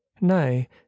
nay